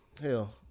Hell